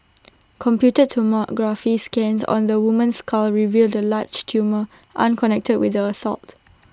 computed tomography scans on the woman's skull revealed A large tumour unconnected with the assault